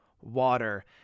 water